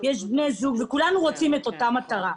בני זוג, וכולנו רוצים את אותה מטרה.